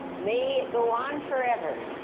may it go on forever.